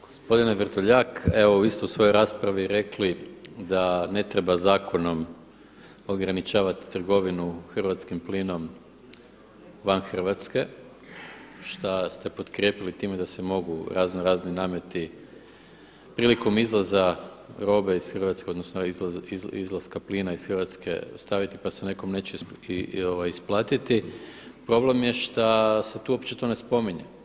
Gospodine Vrdolja, evo vi ste u svojoj raspravi rekli da ne treba zakonom ograničavati trgovinu hrvatskim plinom van Hrvatske, šta ste potkrijepili time da se mogu raznorazni nameti prilikom izvoza robe iz Hrvatske odnosno izlaska plina iz Hrvatske staviti pa se nekom neće isplatiti, problem je šta se tu uopće to ne spominje.